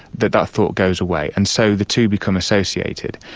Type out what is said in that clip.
that that thought goes away, and so the two become associated.